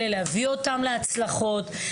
להביא אותם להצלחות,